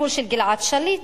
הסיפור של גלעד שליט.